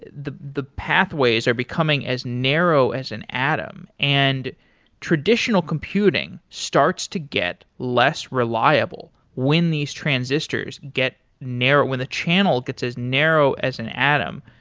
the the pathways are becoming as narrow as an atom and traditional computing starts to get less reliable when these transistors get narrow, when the channel gets this narrow as an atom.